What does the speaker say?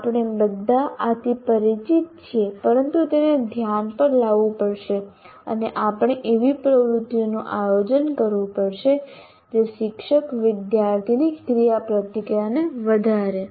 આપણે બધા આથી પરિચિત છીએ પરંતુ તેને ધ્યાન પર લાવવું પડશે અને આપણે એવી પ્રવૃત્તિઓનું આયોજન કરવું પડશે જે શિક્ષક વિદ્યાર્થીની ક્રિયાપ્રતિક્રિયાને વધારે છે